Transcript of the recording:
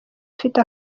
afite